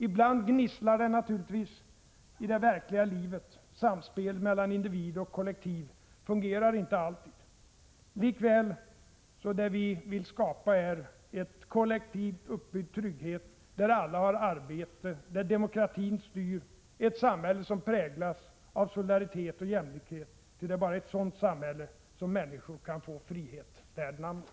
Ibland gnisslar det naturligtvis i det verkliga livet, samspelet mellan individ och kollektiv fungerar inte alltid. Likväl är det vi vill skapa en kollektivt uppbyggd trygghet där alla har arbete, där demokratin styr, ett samhälle som präglas av solidaritet och jämlikhet, ty det är bara i ett sådant samhälle människor kan få en frihet värd namnet.